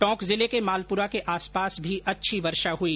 टोंक के मालपुरा के आसपास भी अच्छी वर्षा हई